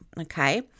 okay